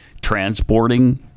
transporting